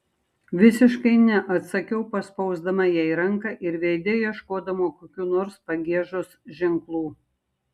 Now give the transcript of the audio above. visiškai ne atsakiau paspausdama jai ranką ir veide ieškodama kokių nors pagiežos ženklų